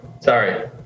sorry